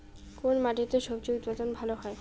কোন মাটিতে স্বজি উৎপাদন ভালো হয়?